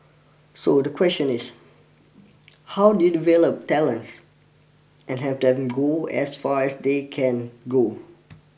so the question is how do you develop talents and have them go as far as they can go